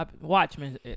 Watchmen